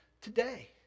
today